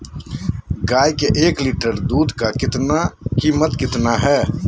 गाय के एक लीटर दूध का कीमत कितना है?